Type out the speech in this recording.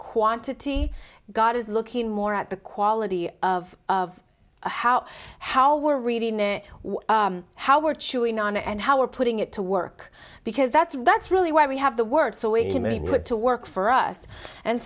quantity god is looking more at the quality of of how how we're reading what how we're chewing on it and how we're putting it to work because that's that's really why we have the word so we put to work for us and